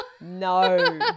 No